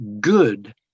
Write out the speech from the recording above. good